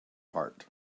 part